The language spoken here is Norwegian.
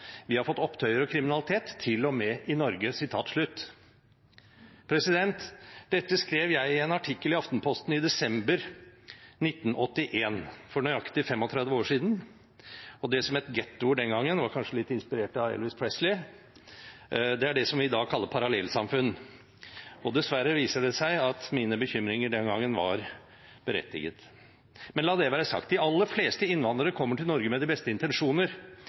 Vi har fått opptøyer og kriminalitet, til og med i Norge.» Dette skrev jeg i en artikkel i Aftenposten i desember 1981, for nøyaktig 35 år siden. Det som het ghettoer den gangen, var kanskje litt inspirert av Elvis Presley. Det kalles parallellsamfunn i dag. Dessverre viser det seg at mine bekymringer den gangen var berettiget. Men la det være sagt, de aller fleste innvandrere kommer til Norge med de beste intensjoner.